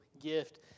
gift